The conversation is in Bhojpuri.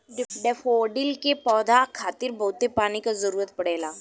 डैफोडिल के पौधा खातिर बहुते पानी क जरुरत पड़ेला